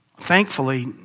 Thankfully